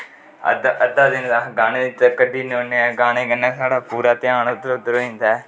अद्धा दिन ते अस गाने च कड्ढी ओड़ने होन्ने गाने कन्नै साढ़ा पूरा घ्यान उद्धर उद्धर होई जंदा ऐ